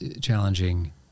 challenging